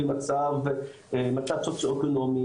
מצב סוציו-אקונומי,